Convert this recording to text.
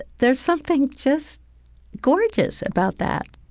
there's something just gorgeous about that,